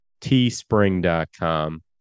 Teespring.com